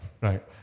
right